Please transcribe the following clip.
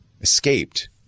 escaped